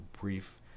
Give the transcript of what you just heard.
brief